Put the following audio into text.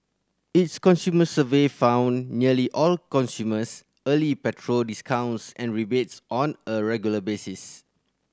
its consumer survey found nearly all consumers early petrol discounts and rebates on a regular basis